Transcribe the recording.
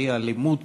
לצערי אלימות,